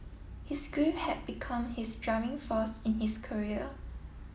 his grief had become his driving force in is career